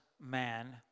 man